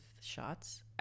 shots